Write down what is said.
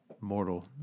mortal